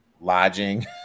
lodging